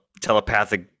telepathic